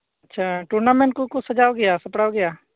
ᱟᱪᱪᱷᱟ ᱴᱩᱨᱱᱟᱢᱮᱱᱴ ᱠᱚᱠᱚ ᱥᱟᱡᱟᱣ ᱜᱮᱭᱟ ᱥᱟᱯᱲᱟᱣ ᱜᱮᱭᱟ